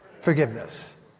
Forgiveness